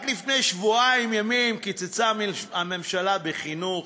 רק לפני שבועיים ימים קיצצה הממשלה בחינוך,